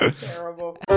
Terrible